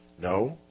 No